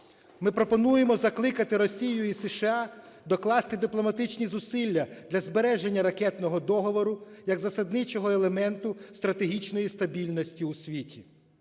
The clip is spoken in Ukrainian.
Ми пропонуємо закликати Росію і США докласти дипломатичні зусилля для збереження ракетного договору як засадничого елементу стратегічної стабільності у світі.